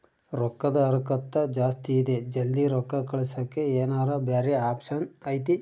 ರೊಕ್ಕದ ಹರಕತ್ತ ಜಾಸ್ತಿ ಇದೆ ಜಲ್ದಿ ರೊಕ್ಕ ಕಳಸಕ್ಕೆ ಏನಾರ ಬ್ಯಾರೆ ಆಪ್ಷನ್ ಐತಿ?